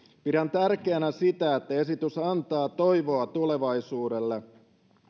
pidän tärkeänä sitä että esitys antaa toivoa tulevaisuudelle